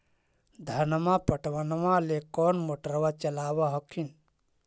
धनमा पटबनमा ले कौन मोटरबा चलाबा हखिन?